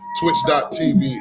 twitch.tv